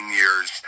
years